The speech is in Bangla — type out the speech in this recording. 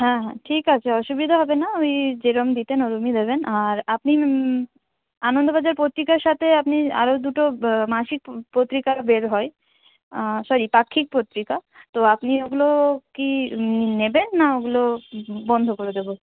হ্যাঁ হ্যাঁ ঠিক আছে অসুবিধা হবে না ওই যেরম দিতেন ওরমই দেবেন আর আপনি আনন্দবাজার পত্রিকার সাথে আপনি আরও দুটো মাসিক প পত্রিকা বের হয় সরি পাক্ষিক পত্রিকা তো আপনি ওগুলো কী নেবেন না ওগুলো বন্ধ করে দেবো